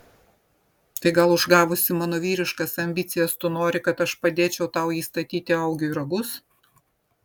tai gal užgavusi mano vyriškas ambicijas tu nori kad aš padėčiau tau įstatyti augiui ragus